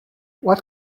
what